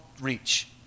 reach